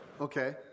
Okay